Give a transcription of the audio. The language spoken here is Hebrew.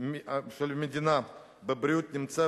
בבריאות נמצאת